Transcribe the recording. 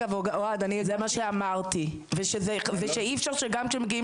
זה מה שאמרתי ושאי אפשר כשגם כשמגיעים